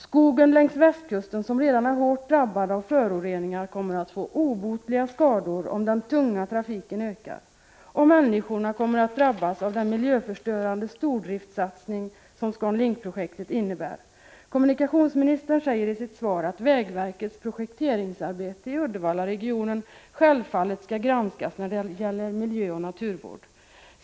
Skogen längs västkusten, som redan är hårt drabbad av föroreningar, kommer att få obotliga skador om den tunga trafiken ökar, och människorna kommer att drabbas av den miljöförstörande stordriftssatsning som Scandinavian Linkprojektet innebär. Kommunikationsministern säger i sitt svar att vägverkets projekteringsarbete i Uddevallaregionen självfallet skall granskas när det gäller miljöoch naturvård.